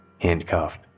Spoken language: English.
handcuffed